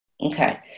Okay